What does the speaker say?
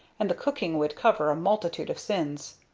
and the cooking would cover a multitude of sins.